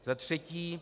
Za třetí.